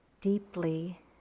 deeply